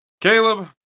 Caleb